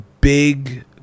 big